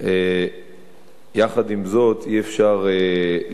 יחד עם זאת, אי-אפשר לנתק